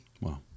Wow